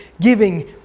giving